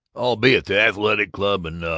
i'll be at the athletic club. and ah